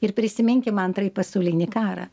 ir prisiminkim antrąjį pasaulinį karą